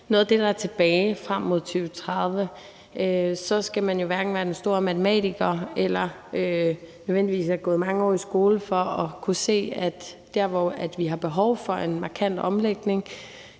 noget af det, der er tilbage at gøre frem mod 2030, skal man jo hverken være den store matematiker eller nødvendigvis have gået mange år i skole for at kunne se, at der, hvor vi har behov for en markant omlægning,